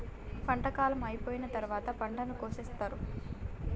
పంట కాలం అయిపోయిన తరువాత పంటను కోసేత్తారు